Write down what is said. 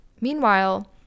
Meanwhile